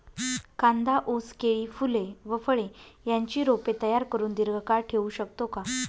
कांदा, ऊस, केळी, फूले व फळे यांची रोपे तयार करुन दिर्घकाळ ठेवू शकतो का?